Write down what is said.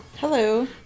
Hello